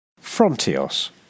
Frontios